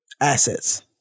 assets